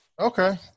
Okay